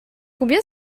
combien